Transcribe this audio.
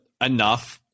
enough